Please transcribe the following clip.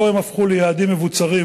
שהם הפכו אותו ליעדים מבוצרים,